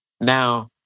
Now